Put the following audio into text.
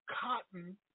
cotton